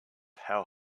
how